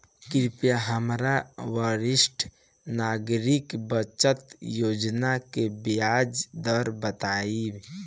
कृपया हमरा वरिष्ठ नागरिक बचत योजना के ब्याज दर बताइं